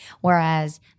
Whereas